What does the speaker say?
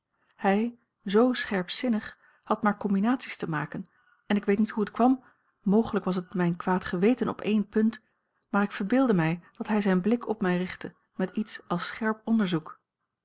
hij zoo scherpzinnig had maar combinaties te maken en ik weet niet hoe het kwam mogelijk was het mijn kwaad geweten op één punt maar ik verbeeldde mij dat hij zijn blik op mij richtte met iets als scherp onderzoek